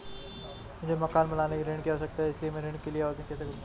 मुझे मकान बनाने के लिए ऋण की आवश्यकता है इसलिए मैं ऋण के लिए आवेदन कैसे करूं?